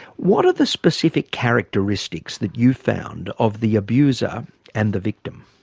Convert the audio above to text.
what are the specific characteristics that you've found, of the abuser and the victim?